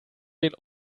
den